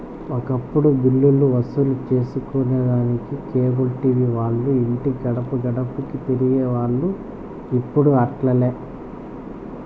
ఒకప్పుడు బిల్లులు వసూలు సేసుకొనేదానికి కేబుల్ టీవీ వాల్లు ఇంటి గడపగడపకీ తిరిగేవోల్లు, ఇప్పుడు అట్లాలే